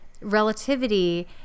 relativity